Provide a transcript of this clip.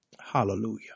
Hallelujah